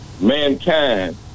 mankind